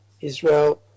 Israel